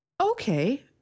okay